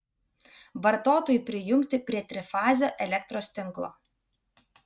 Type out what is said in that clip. vartotojui prijungti prie trifazio elektros tinklo